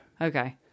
Okay